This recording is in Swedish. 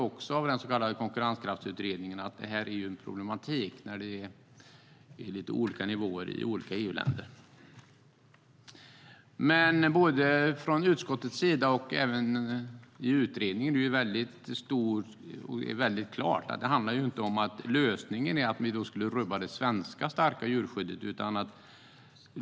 Också Konkurrenskraftsutredningen konstaterar att det är ett problem att det är olika nivåer i de olika EU-länderna.Både utskottet och utredningen gör klart att lösningen inte är att vi ska rubba det starka svenska djurskyddet.